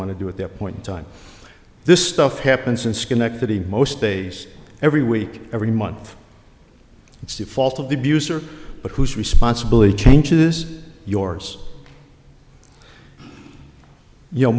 want to do at that point in time this stuff happens in schenectady most days every week every month it's the fault of the abuser but whose responsibility to change is yours you know